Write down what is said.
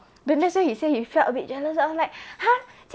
then that's why he said he felt a bit jealous then I was like !huh!